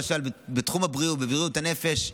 למשל בתחום הבריאות ובריאות הנפש,